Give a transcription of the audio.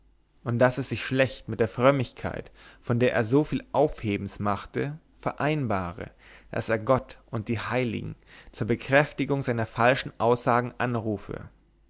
und daß es sich schlecht mit der frömmigkeit von der er so viel aufhebens mache vereinbare daß er gott und die heiligen zur bekräftigung seiner falschen aussagen anrufe